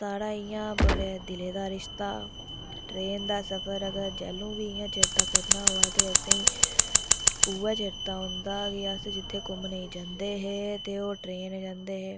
साढ़ा इंया बड़ा देलै दा रिश्ता ट्रेन दा सफर अगर जैलूं बी जियां चेत्ता करना होऐ ते असेंगी इयै चेत्ता औंदा की अस जित्थें घुम्मनै गी जंदे हे ते ओह् ट्रेन जंदे हे